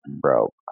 bro